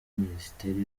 minisiteri